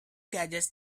gadgets